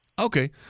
Okay